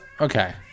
Okay